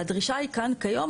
והדרישה היא כאן כיום,